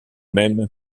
mêmes